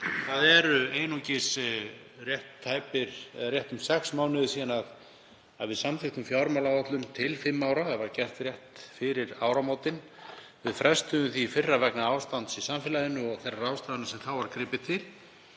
Það eru einungis rétt um sex mánuðir síðan við samþykktum fjármálaáætlun til fimm ára, það var gert rétt fyrir áramótin. Við frestuðum því í fyrra vegna ástandsins í samfélaginu og þeirra ráðstafana sem þá var gripið til.